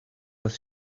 was